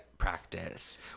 practice